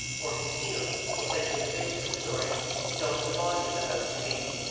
or concealed, or placed in a basement story and only the body of the house remains,